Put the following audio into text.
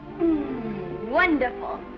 Wonderful